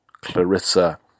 Clarissa